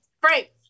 Frank